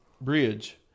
bridge